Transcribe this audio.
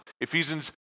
Ephesians